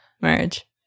marriage